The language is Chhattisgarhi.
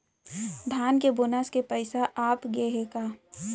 धान के बोनस के पइसा आप गे हे का?